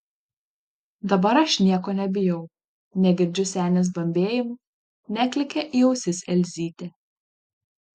dabar aš nieko nebijau negirdžiu senės bambėjimų neklykia į ausis elzytė